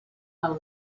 del